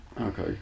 Okay